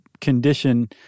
condition